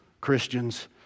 Christians